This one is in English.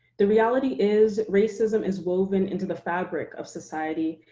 the reality is racism is woven into the fabric of society,